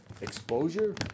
exposure